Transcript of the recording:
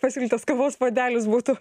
pasiūlytos kavos puodelis būtų